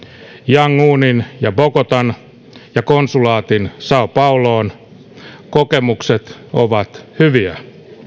yangonin ja bogotan ja konsulaatin sao pauloon kokemukset ovat hyviä